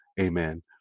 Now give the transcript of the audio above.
Amen